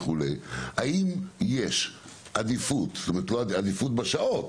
האם יש עדיפות בשעות?